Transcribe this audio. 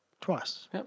Twice